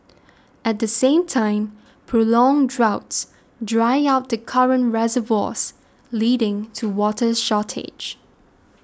at the same time prolonged droughts dry out the current reservoirs leading to water shortage